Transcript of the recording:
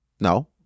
No